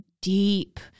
deep